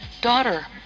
Daughter